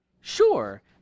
Sure